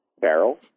barrel